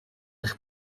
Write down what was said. eich